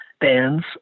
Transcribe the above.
bands